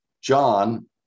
John